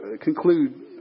Conclude